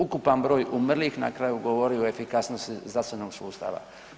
Ukupan broj umrlih na kraju govori o efikasnosti zdravstvenog sustava.